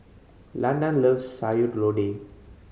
Landan loves Sayur Lodeh